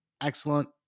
Excellent